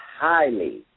highly